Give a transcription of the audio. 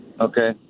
Okay